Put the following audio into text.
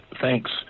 Thanks